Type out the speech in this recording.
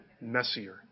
messier